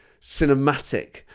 cinematic